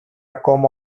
ακόμη